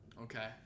Okay